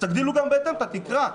אז תגדילו גם בהתאם את התקרה.